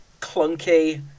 clunky